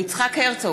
יצחק הרצוג,